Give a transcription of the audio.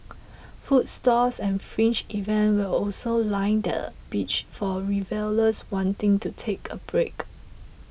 food stalls and fringe events will also line the beach for revellers wanting to take a break